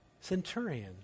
centurion